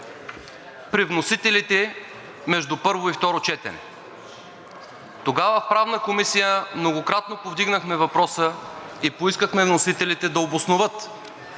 при вносителите между първо и второ четене. Тогава в Правната комисия многократно повдигнахме въпроса и поискахме вносителите да обосноват